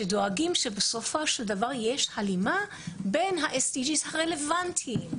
שדואגים שבסופו של דבר יש הלימה בין ה-SDG הרלוונטיים.